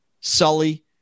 Sully